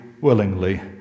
willingly